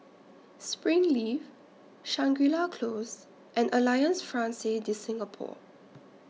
Springleaf Shangri La Close and Alliance Francaise De Singapour